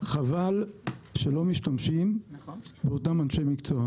חבל שלא משתמשים באותם אנשי מקצוע,